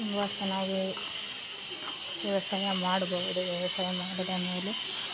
ತುಂಬ ಚೆನ್ನಾಗಿ ವ್ಯವಸಾಯ ಮಾಡಬಹುದು ವ್ಯವಸಾಯ ಮಾಡಿದ ಮೇಲೆ